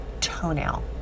toenail